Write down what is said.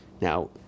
Now